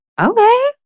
Okay